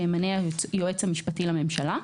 שימנה היועץ המשפטי לממשלה.